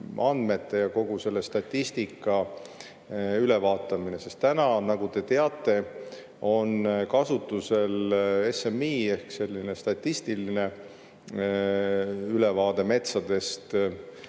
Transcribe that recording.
andmete ja kogu statistika ülevaatamine, sest täna, nagu te teate, on kasutusel SMI ehk statistiline ülevaade metsadest.